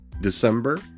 December